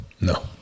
No